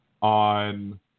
on